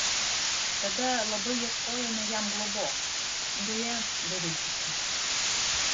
tada labai ieškojome jam globos deja beviltiškai